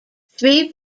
three